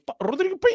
Rodrigo